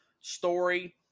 story